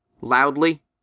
loudly